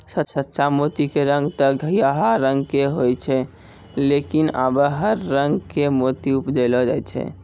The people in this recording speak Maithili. सच्चा मोती के रंग तॅ घीयाहा रंग के होय छै लेकिन आबॅ हर रंग के मोती उपजैलो जाय छै